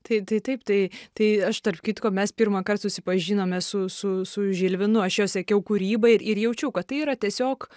tai tai taip tai tai aš tarp kitko mes pirmąkart susipažinome su su su žilvinu aš jo sekiau kūrybą ir jaučiau kad tai yra tiesiog